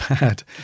bad